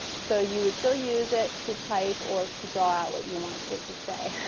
so you would still use it to type or to draw out what you want it to say.